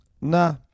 Nah